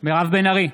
מירב בן ארי,